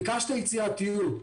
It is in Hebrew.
ביקשתי יצירתיות,